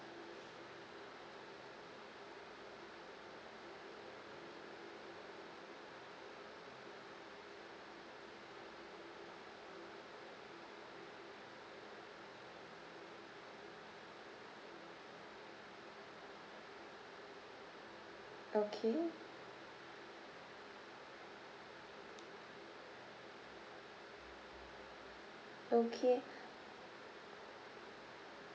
okay okay